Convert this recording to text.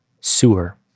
sewer